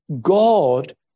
God